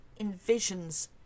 envisions